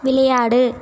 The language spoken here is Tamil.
விளையாடு